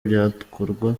byakorwa